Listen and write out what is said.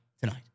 tonight